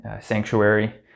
Sanctuary